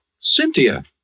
Cynthia